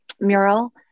mural